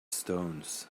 stones